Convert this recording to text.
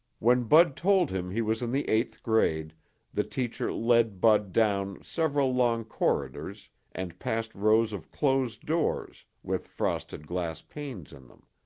when bud told him he was in the eighth grade the teacher led bud down several long corridors and past rows of closed doors with frosted glass panes in them.